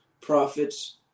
prophets